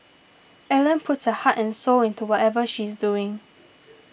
Ellen puts her heart and soul into whatever she's doing